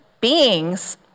beings